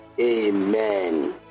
Amen